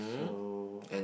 so